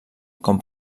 com